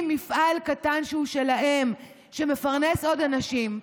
מפעל קטן שהוא שלהם שמפרנס עוד אנשים,